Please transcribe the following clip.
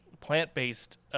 plant-based